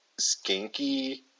skanky